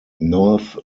north